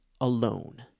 alone